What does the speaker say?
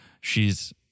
She's-